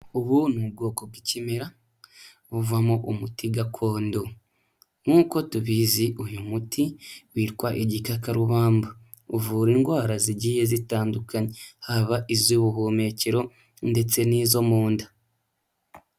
Ubu ni ubwoko bw'ikimera buvamo umuti gakondo nk'uko tuvizi, uyu muti witwa igikakarubamba uvura indwara zigiye zitandukanye haba iz'ubuhumekero ndetse n'izo mu nda.